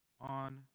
on